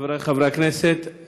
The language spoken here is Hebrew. חברי חברי הכנסת,